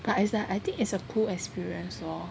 but is like I think it's a cool experience lor